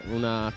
una